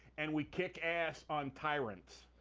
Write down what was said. and we kick ass on tyrants.